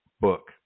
book